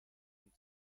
sind